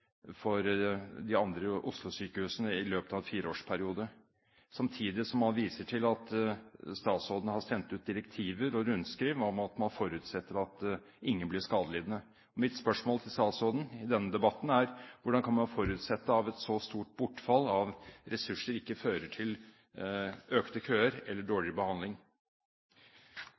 for de andre Oslo-sykehusene i løpet av en fireårsperiode, samtidig som man viser til at statsråden har sendt ut direktiver og rundskriv om at man forutsetter at ingen blir skadelidende. Mitt spørsmål til statsråden i denne debatten er: Hvordan kan man forutsette at et så stort bortfall av ressurser ikke fører til økte køer eller dårligere behandling?